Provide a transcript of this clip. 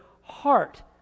heart